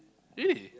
really